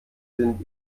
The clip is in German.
sind